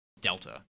Delta